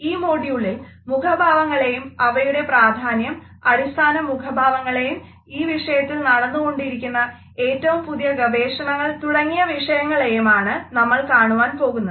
ഈ മോഡ്യൂളിൽ മുഖഭാവങ്ങളെയും അവയുടെ പ്രാധാന്യം അടിസ്ഥാന മുഖഭാവങ്ങളെയും ഈ വിഷയത്തിൽ നടന്നുകൊണ്ടിരിക്കുന്ന ഏറ്റവും പുതിയ ഗവേഷണങ്ങൾ തുടങ്ങിയ വിഷയങ്ങളെയും ആണ് നമ്മൾ കാണുവാൻ പോകുന്നത്